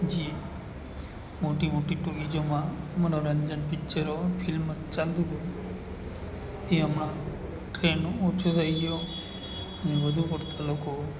જે મોટી મોટી ટોકીજોમાં મનોરંજન પિક્ચરો ફિલ્મ ચાલતું હોય તેમાં ટ્રેન્ડ ઓછો થઈ ગયો અને વધુ પડતા લોકો